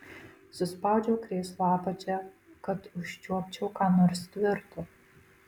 suspaudžiau krėslo apačią kad užčiuopčiau ką nors tvirto